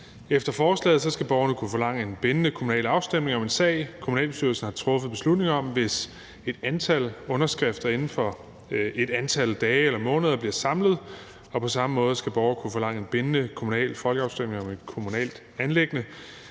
Efter forslaget skal borgerne kunne forlange en bindende kommunal afstemning om en sag, kommunalbestyrelsen har truffet beslutning om, hvis et antal underskrifter inden for et antal dage eller måneder bliver samlet, og på samme måde skal borgere kunne forlange en bindende kommunal folkeafstemning om et kommunalt anliggende,